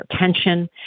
retention